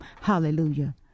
Hallelujah